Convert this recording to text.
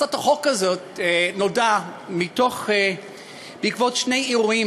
הצעת החוק הזאת נולדה בעקבות שני אירועים